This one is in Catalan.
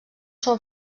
són